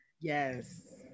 yes